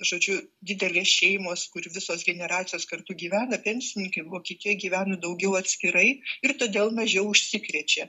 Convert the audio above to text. žodžiu didelė šeimos kur visos generacijos kartu gyvena pensininkai vokietijoj gyvena daugiau atskirai ir todėl mažiau užsikrečia